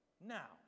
Now